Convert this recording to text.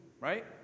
right